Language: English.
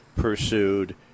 Pursued